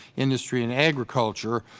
industry and agriculture,